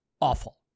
awful